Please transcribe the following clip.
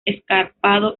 escarpado